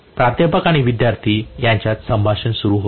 प्राध्यापक आणि विद्यार्थी यांच्यात संभाषण सुरू होते